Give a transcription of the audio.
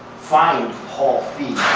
find paul feig.